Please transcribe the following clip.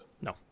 No